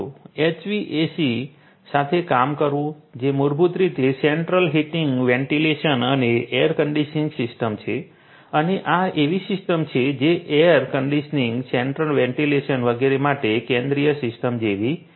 HVAC સાથે કામ કરવું જે મૂળભૂત રીતે સેન્ટ્રલ હીટિંગ વેન્ટિલેશન અને એર કંડિશનિંગ સિસ્ટમ્સ છે અને આ એવી સિસ્ટમ્સ છે જે એર કન્ડીશનીંગ સેન્ટ્રલ વેન્ટિલેશન વગેરે માટે કેન્દ્રીય સિસ્ટમ્સ જેવી છે